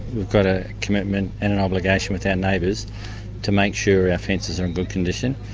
we've got a commitment and an obligation with our neighbours to make sure our fences are in good condition.